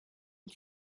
and